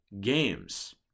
games